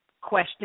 Question